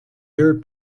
heard